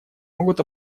могут